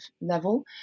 level